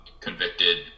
convicted